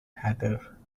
hatter